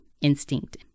instinct